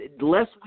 less